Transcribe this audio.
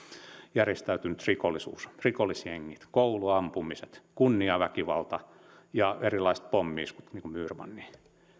järjestäytynyt rikollisuus rikollisjengit kouluampumiset kunniaväkivalta ja erilaiset pommi iskut niin kuin myyrmanni